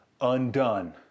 undone